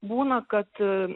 būna kad